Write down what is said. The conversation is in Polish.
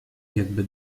jakby